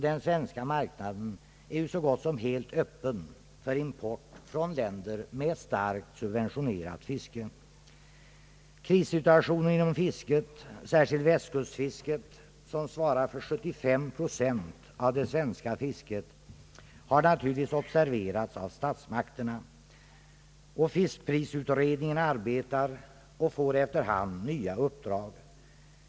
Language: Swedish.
Den svenska marknaden är så gott som helt öppen för import från länder med starkt subventionerat fiske. Krissituationen inom fisket, särskilt Västkustfisket, som svarar för 75 procent av det svenska fisket, har naturligtvis observerats av statsmakterna. Fiskprisutredningen arbetar och får efter hand nya uppdrag.